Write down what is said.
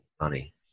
money